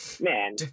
man